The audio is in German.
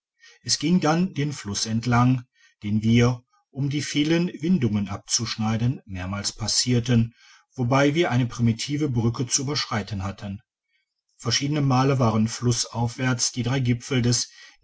tombofluss ging dann den fluss entlang den wir um die vielen windungen abzuschneiden mehrmals passierten wobei wir eine primitive brücke zu überschreiten hatten verschiedene male waren flussaufwärts die drei gipfel des